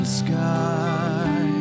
sky